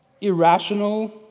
irrational